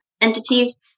entities